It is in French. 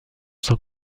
sans